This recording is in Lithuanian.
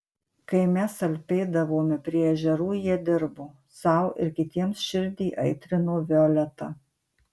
kai mes alpėdavome prie ežerų jie dirbo sau ir kitiems širdį aitrino violeta